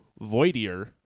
voidier